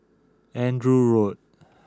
Andrew Road